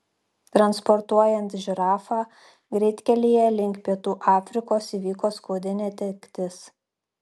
transportuojant žirafą greitkelyje link pietų afrikos įvyko skaudi netektis